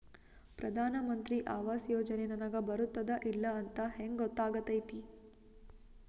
ಪ್ರಧಾನ ಮಂತ್ರಿ ಆವಾಸ್ ಯೋಜನೆ ನನಗ ಬರುತ್ತದ ಇಲ್ಲ ಅಂತ ಹೆಂಗ್ ಗೊತ್ತಾಗತೈತಿ?